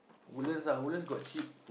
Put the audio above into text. Woodlands ah Woodlands got cheap